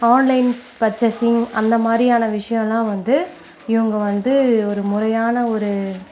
online purchasing அந்தமாதிரியான விஷயோலான் வந்து இவங்க வந்து ஒரு முறையான ஒரு